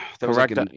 Correct